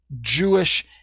Jewish